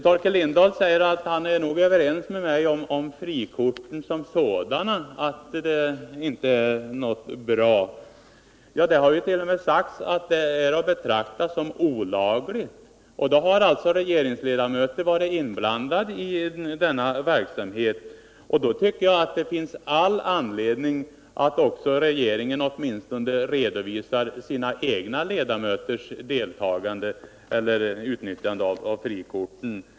Torkel Lindahl säger att han nog är överens med mig om att frikorten som sådana inte är bra. Det har t.o.m. sagts att frikorten är att betrakta som olagliga. Regeringsledamöter har varit inblandade i denna verksamhet, och då tycker jag att det finns all anledning att regeringen åtminstone redovisar sina egna ledamöters utnyttjande av frikorten.